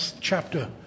chapter